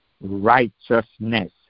righteousness